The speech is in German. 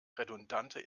redundante